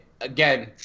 again